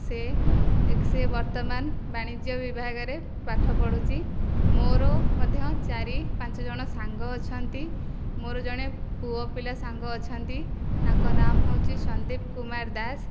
ସିଏ ସିଏ ବର୍ତ୍ତମାନ ବାଣିଜ୍ୟ ବିଭାଗରେ ପାଠ ପଢ଼ୁଛି ମୋର ମଧ୍ୟ ଚାରି ପାଞ୍ଚ ଜଣ ସାଙ୍ଗ ଅଛନ୍ତି ମୋର ଜଣେ ପୁଅ ପିଲା ସାଙ୍ଗ ଅଛନ୍ତି ତାଙ୍କ ନାଁ ହେଉଛି ସନ୍ଦୀପ କୁମାର ଦାସ